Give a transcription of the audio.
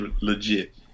legit